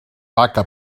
vaca